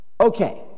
okay